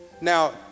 Now